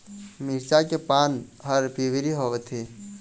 मिरचा के पान हर पिवरी होवथे?